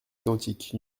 identiques